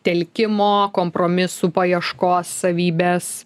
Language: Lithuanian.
telkimo kompromisų paieškos savybės